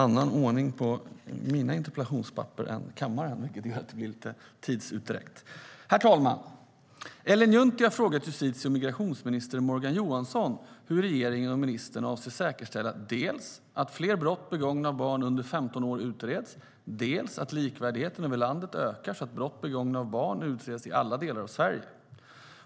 Herr talman! Ellen Juntti har frågat justitie och migrationsminister Morgan Johansson hur regeringen och ministern avser att säkerställa dels att fler brott begångna av barn under 15 år utreds, dels att likvärdigheten över landet ökar så att brott begångna av barn utreds i alla delar av Sverige.